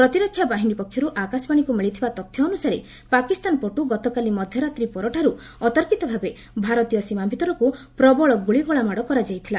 ପ୍ରତିରକ୍ଷା ବାହିନୀ ପକ୍ଷରୁ ଆକାଶବାଣୀକୁ ମିଳିଥିବା ତଥ୍ୟ ଅନୁସାରେ ପାକିସ୍ତାନ ପଟୁ ଗତକାଲି ମଧ୍ୟରାତ୍ରୀ ପରଠାରୁ ଅତର୍କିତ ଭାବେ ଭାରତୀୟ ସୀମା ଭିତରକୁ ପ୍ରବଳ ଗୁଳିଗୋଳା ମାଡ଼ କରାଯାଇଥିଲା